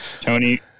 tony